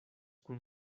kun